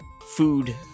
food